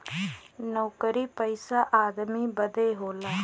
नउकरी पइसा आदमी बदे होला